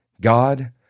God